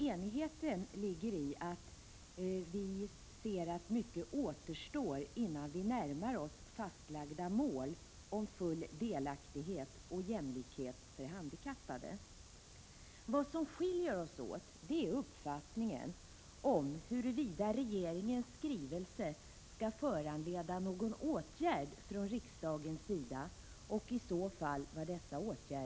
Enigheten ligger i att vi ser att mycket återstår innan vi närmar oss de fastlagda målen om full delaktighet och jämlikhet för handikappade. Vad som skiljer oss åt är uppfattningen om huruvida regeringens skrivelse skall föranleda någon åtgärd från riksdagens sida och i så fall vilken.